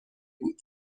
بود